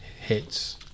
hits